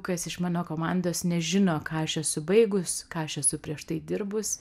kas iš mano komandos nežino ką aš esu baigus ką aš esu prieš tai dirbus